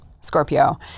Scorpio